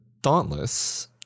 Dauntless